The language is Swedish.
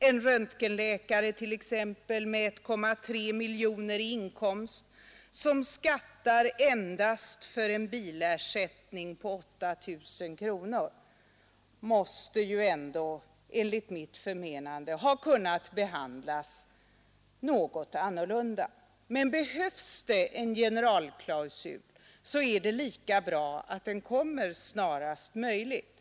En röntgenläkare t.ex. med 1,3 miljoner kronor i inkomst som skattar endast för en bilersättning på 8 000 kronor måste ändå enligt mitt förmenande ha kunnat behandlas något annorlunda. Men behövs det en generalklausul bör det prövas snarast möjligt.